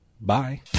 Bye